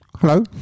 Hello